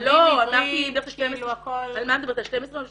לא, אמרתי --- על מה את מדברת על 12 או מטפלים?